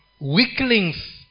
weaklings